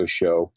show